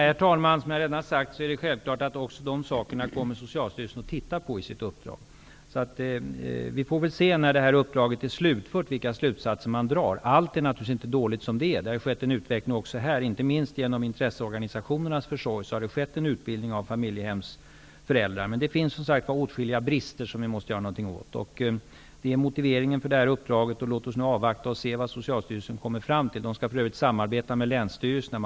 Herr talman! Som jag redan har sagt är det självklart att Socialstyrelsen även kommer att se över dessa frågor inom ramen för sitt uppdrag. När uppdraget är slutfört får vi se vilka slutsatser man har dragit. Allt är naturligtvis inte dåligt som det är. Det har skett en utveckling även på detta område. Inte minst genom intresseorganisationernas försorg har det skett en utbildning av familjehemsföräldrar. Men det finns som sagt åtskilliga brister som vi måste göra någonting åt. Detta är motiveringen för uppdraget, och låt oss nu avvakta och se vad Socialstyrelsen kommer fram till. Socialstyrelsen skall för övrigt samarbeta med länsstyrelserna.